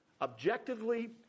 objectively